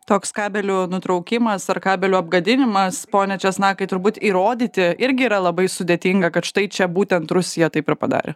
toks kabelių nutraukimas ar kabelių apgadinimas pone česnakai turbūt įrodyti irgi yra labai sudėtinga kad štai čia būtent rusija taip ir padarė